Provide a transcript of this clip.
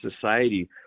society